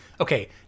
Okay